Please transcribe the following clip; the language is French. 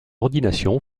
ordination